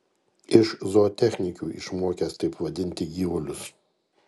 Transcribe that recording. iš zootechnikių išmokęs taip vadinti gyvulius